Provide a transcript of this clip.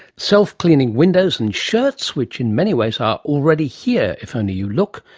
self-cleaning windows and shirts, which in many ways are already here, if only you look,